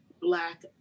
Black